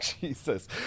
Jesus